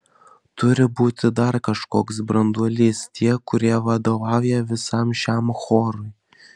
turi būti dar kažkoks branduolys tie kurie vadovauja visam šiam chorui